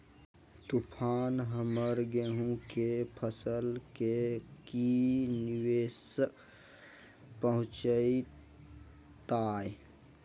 तूफान हमर गेंहू के फसल के की निवेस पहुचैताय?